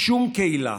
שום קהילה